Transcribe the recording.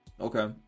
Okay